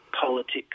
politics